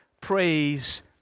praise